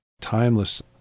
timeless